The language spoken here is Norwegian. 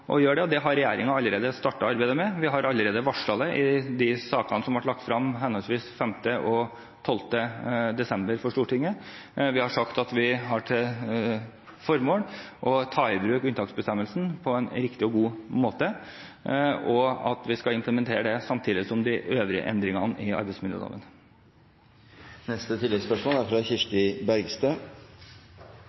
gjøre det, og det har regjeringen allerede startet arbeidet med. Vi har allerede varslet det i de sakene som ble lagt fram for Stortinget henholdsvis 5. og 12. desember. Vi har sagt at vi har som formål å ta i bruk unntaksbestemmelsen på en riktig og god måte, og at vi skal implementere det samtidig som de øvrige endringene i arbeidsmiljøloven.